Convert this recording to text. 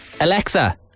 Alexa